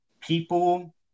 people